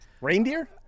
Reindeer